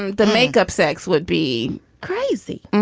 and the makeup sex would be crazy.